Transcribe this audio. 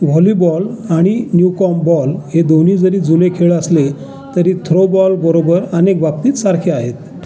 volleyball आणि Newcomb ball हे दोन्ही जरी जुने खेळ असले तरी थ्रो बॉलबरोबर अनेक बाबतीत सारखे आहेत